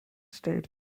state